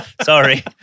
Sorry